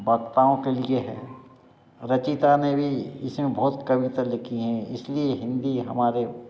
वक्ताओं के लिए है रचयिता ने भी इसमें बहुत कविता लिखी हैं इसलिए हिन्दी हमारे